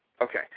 Okay